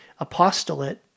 apostolate